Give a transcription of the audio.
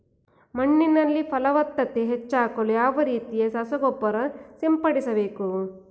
ಮಣ್ಣಿನಲ್ಲಿ ಫಲವತ್ತತೆ ಹೆಚ್ಚಾಗಲು ಯಾವ ರೀತಿಯ ರಸಗೊಬ್ಬರ ಸಿಂಪಡಿಸಬೇಕು?